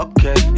Okay